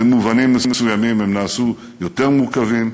ובמובנים מסוימים הם נעשו יותר מורכבים,